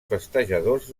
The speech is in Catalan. festejadors